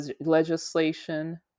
legislation